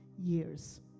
years